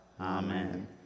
amen